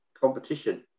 competition